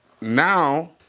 now